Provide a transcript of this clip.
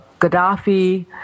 Gaddafi